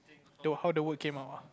the how the word came out ah